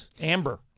Amber